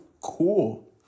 cool